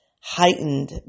heightened